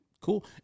Cool